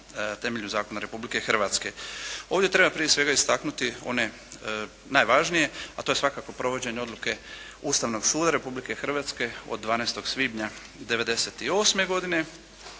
temelju zakona Republike Hrvatske. Ovdje treba prije svega istaknuti one najvažnije, a to je svakako provođenje odluke Ustavnog suda Republike Hrvatske od 12. svibnja 98. godine.